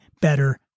better